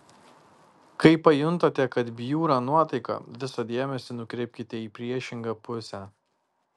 kai pajuntate kad bjūra nuotaika visą dėmesį nukreipkite į priešingą pusę